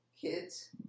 kids